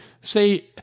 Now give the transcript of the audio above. say